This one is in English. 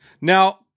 Now